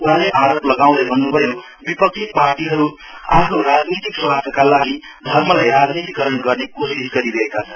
उहाँले आरोप लगाउँदै भन्न्भयो विपक्षी पार्टीहरु आफ्नो राजनीतिक स्वाथका लागि धर्मलाई राजनीतिकरण गर्ने कोशिस गरिरहेका छन्